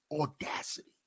audacity